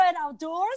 outdoors